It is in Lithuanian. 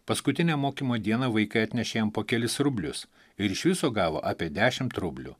paskutinę mokymo dieną vaikai atnešė jam po kelis rublius ir iš viso gavo apie dešimt rublių